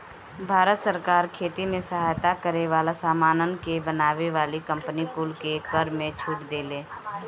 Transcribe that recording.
भारत सरकार खेती में सहायता करे वाला सामानन के बनावे वाली कंपनी कुल के कर में छूट देले